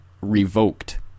revoked